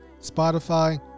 Spotify